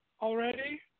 already